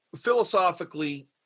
philosophically